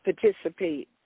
participate